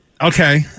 Okay